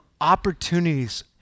opportunities